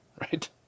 right